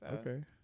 Okay